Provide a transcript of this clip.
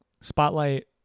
Spotlight